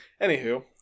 Anywho